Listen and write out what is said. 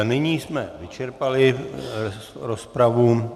Nyní jsme vyčerpali rozpravu.